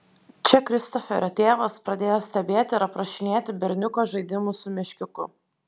čia kristoferio tėvas pradėjo stebėti ir aprašinėti berniuko žaidimus su meškiuku